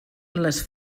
les